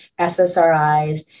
SSRIs